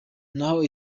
n’aho